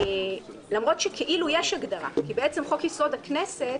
למרות שכאילו יש הגדרה, כי בעצם חוק-יסוד: הכנסת,